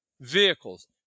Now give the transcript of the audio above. vehicles